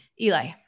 Eli